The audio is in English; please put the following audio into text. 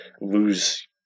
lose